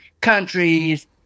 countries